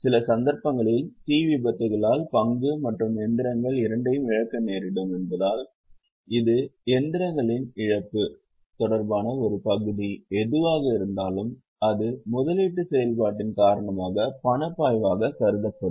சில சந்தர்ப்பங்களில் தீ விபத்துகளால் பங்கு மற்றும் இயந்திரங்கள் இரண்டையும் இழக்க நேரிடும் என்பதால் இது இயந்திரங்களின் இழப்பு தொடர்பான ஒரு பகுதி எதுவாக இருந்தாலும் அது முதலீட்டுச் செயல்பாட்டின் காரணமாக பணப்பாய்வாக கருதப்படும்